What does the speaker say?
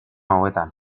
hauetan